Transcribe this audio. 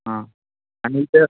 हां आणि तर